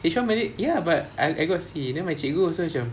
h one malay ya but I got C then my cikgu also macam